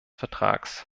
vertrags